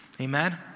Amen